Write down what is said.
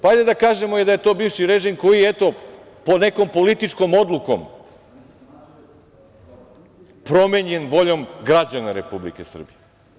Hajde da kažemo i da je to bivši režim koji je, eto, nekom političkom odlukom, promenjen voljom građana Republike Srbije.